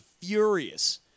furious